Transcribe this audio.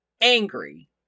angry